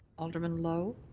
alderman lowe.